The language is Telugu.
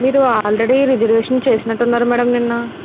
మీరు ఆల్రెడీ రిజర్వేషన్ చేసినట్టున్నారు మేడం నిన్న